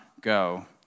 go